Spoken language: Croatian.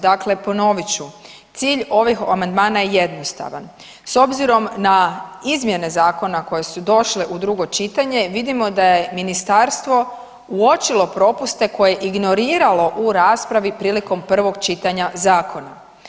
Dakle ponovit ću, cilj ovih amandmana je jednostavan, s obzirom na izmjene zakona koje su došle u drugo čitanje vidimo da je ministarstvo uočilo propuste koje je ignoriralo u raspravi prilikom prvog čitanja zakona.